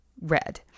red